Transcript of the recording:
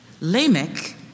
Lamech